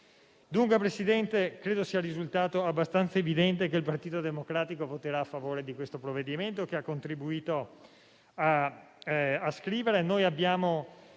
dunque che sia risultato abbastanza evidente che il Partito Democratico voterà a favore di questo provvedimento, che ha contribuito a scrivere.